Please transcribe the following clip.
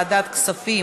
עובדים),